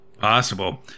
Possible